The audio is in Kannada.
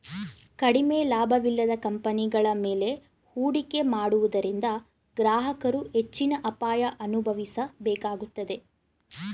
ಕಡಿಮೆ ಲಾಭವಿಲ್ಲದ ಕಂಪನಿಗಳ ಮೇಲೆ ಹೂಡಿಕೆ ಮಾಡುವುದರಿಂದ ಗ್ರಾಹಕರು ಹೆಚ್ಚಿನ ಅಪಾಯ ಅನುಭವಿಸಬೇಕಾಗುತ್ತದೆ